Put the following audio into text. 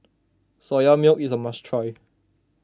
Soya Milk is a must try